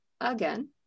again